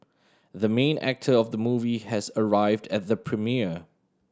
the main actor of the movie has arrived at the premiere